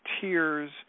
tears